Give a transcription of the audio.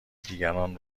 دیگران